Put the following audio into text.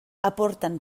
aporten